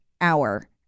hour